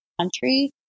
country